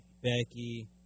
Becky